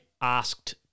asked